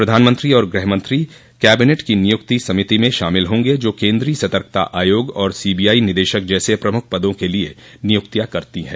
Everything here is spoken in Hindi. प्रधानमंत्री और गृहमंत्री कैबिनेट की नियुक्ति समिति में शामिल होंगे जो केन्द्रीय सतर्कता आयोग और सीबीआई निदेशक जैसे प्रमुख पदों के लिए नियुक्तियां करती हैं